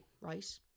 Right